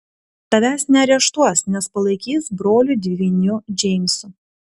tavęs neareštuos nes palaikys broliu dvyniu džeimsu